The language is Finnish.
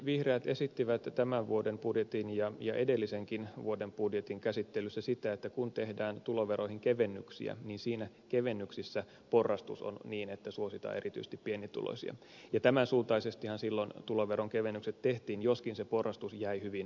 vihreät esittivät tämän vuoden budjetin ja edellisenkin vuoden budjetin käsittelyssä sitä että kun tehdään tuloveroihin kevennyksiä niin niissä kevennyksissä porrastus on niin että suositaan erityisesti pienituloisia ja tämän suuntaisestihan silloin tuloveronkevennykset tehtiin joskin se porrastus jäi hyvin pieneksi